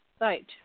right